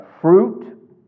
Fruit